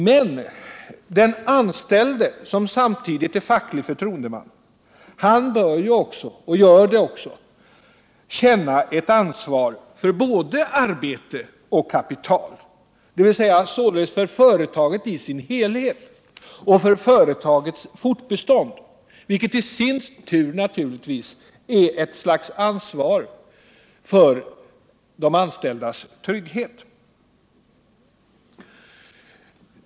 Men den anställde som samtidigt är facklig förtroendeman bör — och gör det också — känna ett ansvar för både arbete och kapital, dvs. för företaget i dess helhet och för företagets fortbestånd, vilket naturligtvis i sin tur är ett slags ansvar för de anställdas trygghet.